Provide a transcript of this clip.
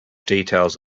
details